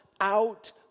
out